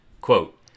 quote